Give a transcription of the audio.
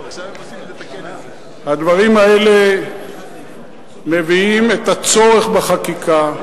הדברים האלה מביאים את הצורך בחקיקה,